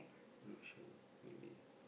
no sure maybe